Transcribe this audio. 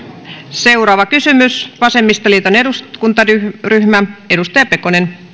seuraava kysymys vasemmistoliiton eduskuntaryhmä edustaja pekonen